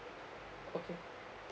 okay